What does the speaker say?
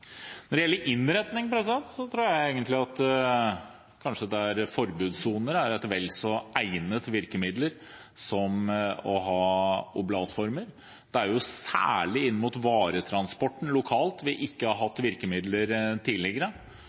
Når det gjelder innretning, tror jeg egentlig at forbudssoner kanskje er et vel så egnet virkemiddel som oblatformer. Det er jo særlig inn mot varetransporten lokalt vi ikke har hatt virkemidler tidligere.